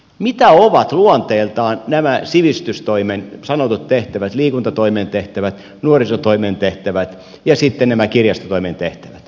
mitä ovat luonteeltaan sivistystoimen sanotut tehtävät liikuntatoimen tehtävät nuorisotoimen tehtävät ja sitten nämä kirjastotoimen tehtävät